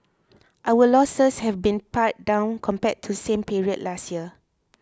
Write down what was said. our losses have been pared down compared to same period last year